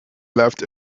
left